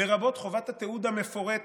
לרבות חובת התיעוד המפורטת,